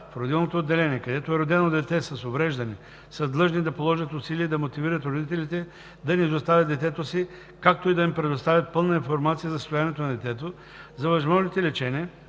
в родилното отделение, където е родено дете с увреждане, са длъжни да положат усилия да мотивират родителите да не изоставят детето си, както и да им предоставят пълна информация за състоянието на детето, за възможните лечения,